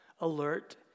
alert